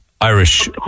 Irish